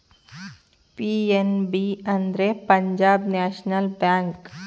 PNB ಅಂದ್ರೆ Punjab National bank